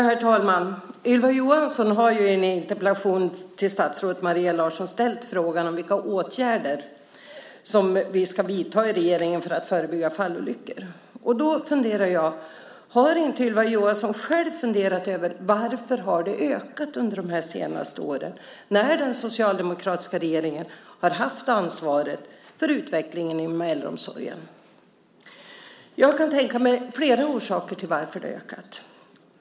Herr talman! Ylva Johansson har i en interpellation till statsrådet Maria Larsson ställt frågan vilka åtgärder som man ska vidta i regeringen för att förebygga fallolyckor. Då funderar jag: Har Ylva Johansson inte själv funderat över varför de har ökat under de senaste åren när den socialdemokratiska regeringen har haft ansvaret för utvecklingen inom äldreomsorgen? Jag kan tänka mig flera orsaker till att de har ökat.